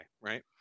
right